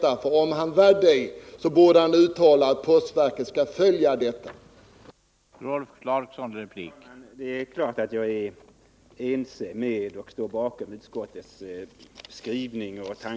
Om han vore ense med utskottet borde han uttala att postverket skall följa utskottets skrivning.